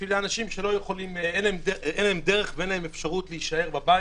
בשביל אנשים שאין להם אפשרות להישאר בבית.